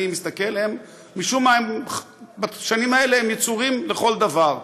אני מסתכל, משום מה בשנים האלה הם יצורים לכל דבר.